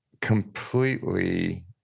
completely